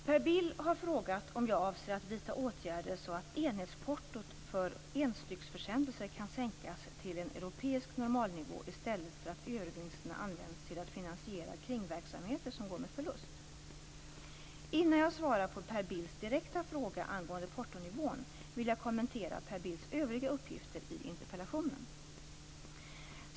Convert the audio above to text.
Fru talman! Per Bill har frågat om jag avser att vidta åtgärder så att enhetsportot för enstycksförsändelser kan sänkas till en europeisk normalnivå i stället för att övervinsterna används till att finansiera kringverksamheter som går med förlust. Innan jag svarar på Per Bills direkta fråga angående portonivån vill jag kommentera Per Bills övriga uppgifter i interpellationen.